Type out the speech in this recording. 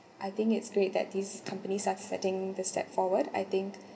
I think it's great that these companies start setting the step forward I think